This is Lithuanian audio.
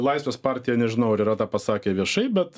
laisvės partija nežinau ar yra tą pasakę viešai bet